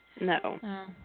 No